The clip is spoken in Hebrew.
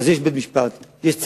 אז יש בית-משפט, יש צווים,